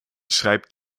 schreibt